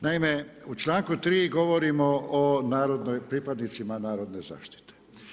Naime, u članku 3. govorimo o pripadnicima Narodne zaštite.